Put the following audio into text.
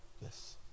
Yes